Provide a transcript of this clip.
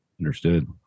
Understood